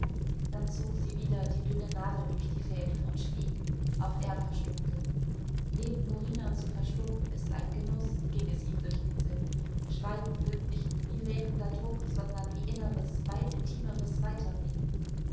dann zog sie wieder die dünne nadel durch die fäden und schwieg auch er verstummte neben norina zu verstummen ist ein genuß ging es ihm durch den sinn schweigen wirkt nicht wie lähmender druck sondern wie inneres weit intimeres weiterreden